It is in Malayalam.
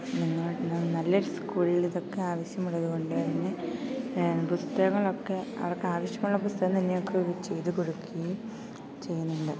നിങ്ങൾ നല്ലൊരു സ്കൂളിൽ ഇതൊക്കെ ആവശ്യമുള്ളത് കൊണ്ട് തന്നെ പുസ്തകങ്ങളൊക്കെ അവർക്ക് ആവശ്യമുള്ള പുസ്തകം തന്നെയൊക്കെ ചെയ്തുകൊടുക്കുകയും ചെയ്യുന്നുണ്ട്